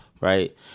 right